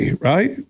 right